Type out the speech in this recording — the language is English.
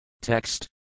Text